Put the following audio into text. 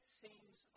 seems